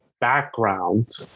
background